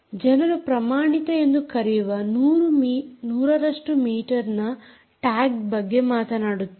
ಜನರು ಪ್ರಮಾಣಿತ ಎಂದು ಕರೆಯುವ 100ರಷ್ಟು ಮೀಟರ್ ನ ಟ್ಯಾಗ್ ಬಗ್ಗೆ ಮಾತನಾಡುತ್ತಾರೆ